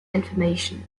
information